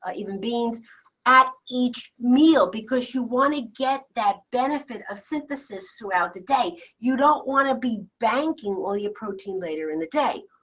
ah even beans at each meal because you want to get that benefit of synthesis throughout the day. you don't want to be banking all your protein later in the day.